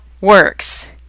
works